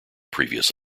previous